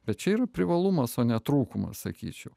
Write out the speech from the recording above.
bet čia yra privalumas o ne trūkumas sakyčiau